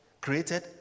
created